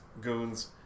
goon's